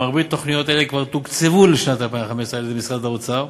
מרבית תוכניות אלה כבר תוקצבו לשנת 2015 על-ידי משרד האוצר,